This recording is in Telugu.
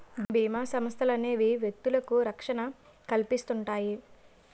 బీమా సంస్థలనేవి వ్యక్తులకు రక్షణ కల్పిస్తుంటాయి